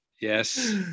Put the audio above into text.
Yes